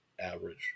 average